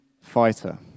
fighter